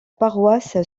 paroisse